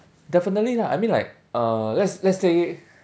definitely lah I mean like uh let's let's say